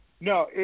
No